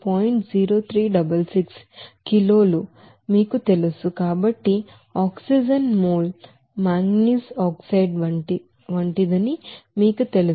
0366 కిలోలు మీకు తెలుసు కాబట్టి ఆక్సిజన్ మోల్ మాంగనీస్ ఆక్సైడ్ వంటిదని మీకు తెలుసు